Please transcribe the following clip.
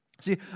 See